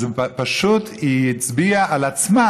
אז פשוט היא הצביעה על עצמה,